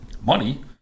money